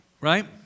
Right